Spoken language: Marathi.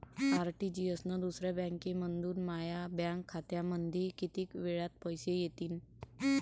आर.टी.जी.एस न दुसऱ्या बँकेमंधून माया बँक खात्यामंधी कितीक वेळातं पैसे येतीनं?